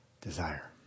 desire